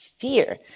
fear